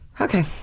Okay